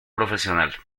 profesional